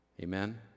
Amen